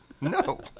No